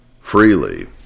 freely